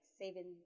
saving